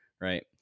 Right